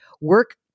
work